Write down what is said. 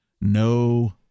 no